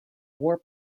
war